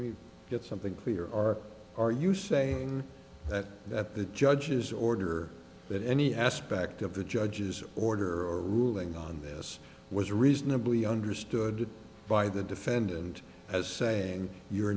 mean it's something clear are are you saying that that the judge's order that any aspect of the judge's order or ruling on this was reasonably understood by the defendant as saying you're